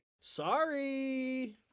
Sorry